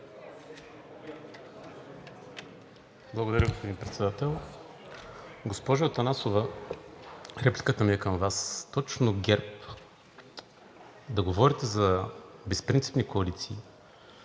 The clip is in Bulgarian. Благодаря, господин Председател. Госпожо Атанасова, репликата ми е към Вас. Точно ГЕРБ да говорите за безпринципни коалиции,